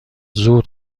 زود